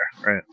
Right